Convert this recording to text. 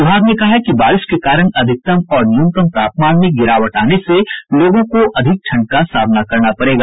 विभाग ने कहा है कि बारिश के कारण अधिकतम और न्यूनतम तापमान में गिरावट आने से लोगों को अधिक ठंड का सामना करना पड़ेगा